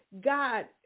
God